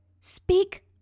Speak